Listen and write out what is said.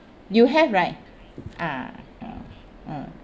you have right ah mm mm